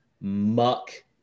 muck